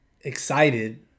excited